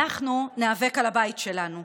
אנחנו ניאבק על הבית שלנו,